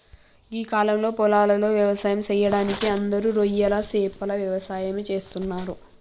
గీ కాలంలో పొలాలలో వ్యవసాయం సెయ్యడానికి అందరూ రొయ్యలు సేపల యవసాయమే చేస్తున్నరు